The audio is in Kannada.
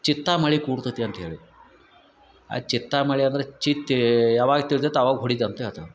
ಚಿತ್ತಾ ಮಳೆ ಕೂಡ್ತತಿ ಅಂತ್ಹೇಳಿ ಆ ಚಿತ್ತಾ ಮಳೆ ಅಂದರೆ ಚಿತ್ತೆ ಯಾವಾಗ ತಿರ್ಗತ್ತೆ ಅವಾಗ ಹೊಡಿತು ಅಂತ ಹೇಳ್ತಾವೆ